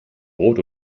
brot